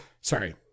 Sorry